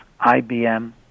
IBM